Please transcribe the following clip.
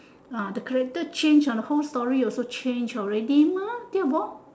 ah the character change ah the whole story also change already mah tio bo